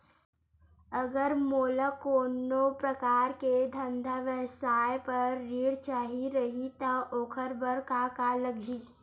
अगर मोला कोनो प्रकार के धंधा व्यवसाय पर ऋण चाही रहि त ओखर बर का का लगही?